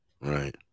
Right